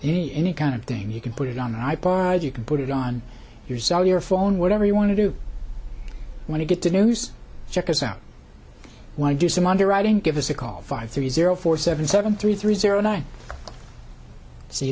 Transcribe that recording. knee any kind of thing you can put it on an i pod you can put it on your cellular phone whatever you want to do when you get to news check us out why do some underwriting give us a call five three zero four seven seven three three zero nine see